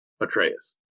Atreus